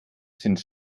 sind